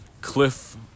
cliff